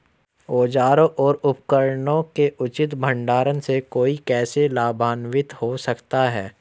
औजारों और उपकरणों के उचित भंडारण से कोई कैसे लाभान्वित हो सकता है?